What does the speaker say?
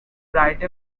write